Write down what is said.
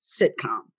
sitcom